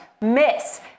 miss